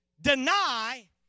deny